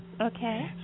Okay